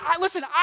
listen